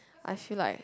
I feel like